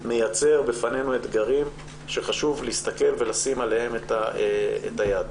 מייצר בפנינו אתגרים שחשוב להסתכל ולשים עליהם את היד.